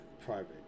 private